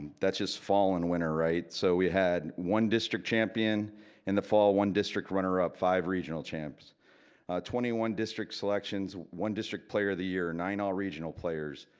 that's just fall and winter right. so we had one district champion in the fall one district runner up five regional champs twenty one district selections. one district player of the year, nine all regional players,